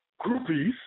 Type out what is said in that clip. groupies